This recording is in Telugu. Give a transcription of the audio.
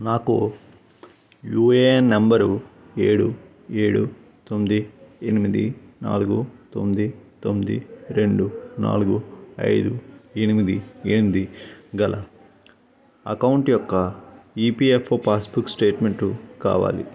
నాకు యూఏఎన్ నెంబరు ఏడు ఏడు తొమ్మిది ఎనిమిది నాలుగు తొమ్మిది తొమ్మిది రెండు నాలుగు ఐదు ఎనిమిది ఎనిమిది గల అకౌంట్ యొక్క ఈపిఎఫ్ఓ పాస్బుక్ స్టేట్మెంటు కావాలి